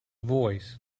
voice